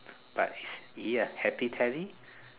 but is he a happy Teddy